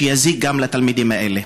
שיזיק גם לתלמידים האלה.